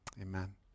amen